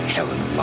Helen